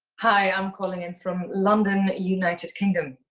hi. i'm calling in from london, united kingdom.